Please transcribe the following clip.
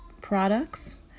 products